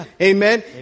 Amen